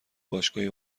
باشگاهی